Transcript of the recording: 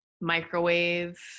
microwave